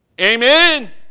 Amen